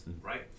right